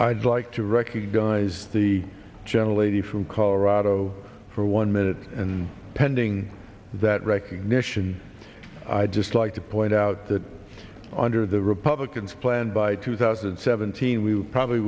i'd like to recognize the gentle lady from colorado for one minute and pending that recognition i'd just like to point out that under the republicans plan by two thousand and seventeen we probably